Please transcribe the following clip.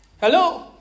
Hello